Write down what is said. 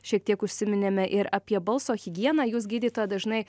šiek tiek užsiminėme ir apie balso higieną jūs gydytoja dažnai